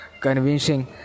convincing